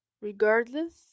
Regardless